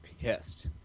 pissed